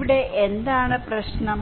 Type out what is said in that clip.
ഇവിടെ എന്താണ് പ്രശ്നം